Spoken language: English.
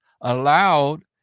allowed